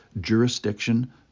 jurisdiction